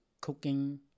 cooking